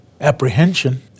apprehension